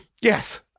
yes